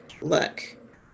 look